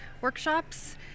workshops